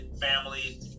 family